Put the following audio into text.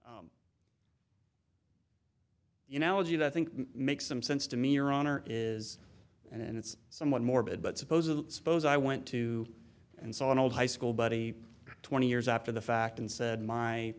as you know i think makes some sense to me your honor is and it's somewhat morbid but suppose a suppose i went to and saw an old high school buddy twenty years after the fact and said my